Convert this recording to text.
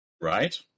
right